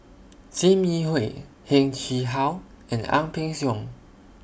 SIM Yi Hui Heng Chee How and Ang Peng Siong